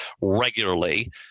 regularly